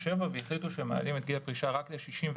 ל-67 והחליטו שמעלים את גיל הפרישה רק ל-64.